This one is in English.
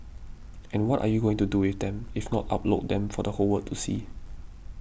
and what are you going to do with them if not upload them for the whole world to see